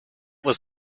was